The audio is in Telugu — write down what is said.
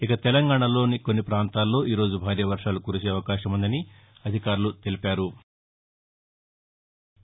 ఇక తెలంగాణాలో కొన్నిపాంతాల్లో ఈ రోజు భారీ పర్వాలు కురుసే అవకాశం పుందని అధికారులు తెలిపారు